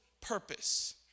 purpose